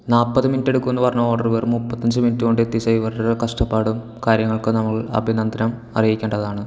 നാല്പത് മിനിറ്റെടുക്കുമെന്ന് പറഞ്ഞ ഓഡര് വെറും മുപ്പത്തിയഞ്ച് മിനിറ്റ് കൊണ്ടെത്തിച്ച ഇവരുടെ കഷ്ടപ്പാടും കാര്യങ്ങൾക്ക് നമ്മൾ അഭിനന്ദനം അറിയിക്കേണ്ടതാണ്